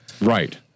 Right